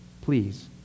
Please